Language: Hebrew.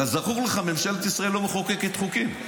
כזכור לך, ממשלת ישראל לא מחוקקת חוקים.